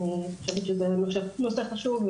אני חושבת שזה נושא חשוב,